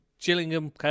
Gillingham